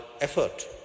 effort